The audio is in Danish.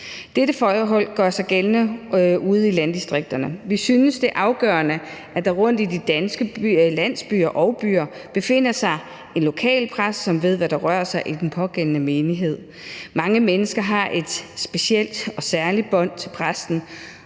Dette forhold gør sig gældende ude i landdistrikterne. Vi synes, det er afgørende, at der rundt i de danske landsbyer og byer befinder sig en lokal præst, som ved, hvad der rører sig i den pågældende menighed. Mange mennesker har et specielt og særligt bånd til præsten,